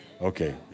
Okay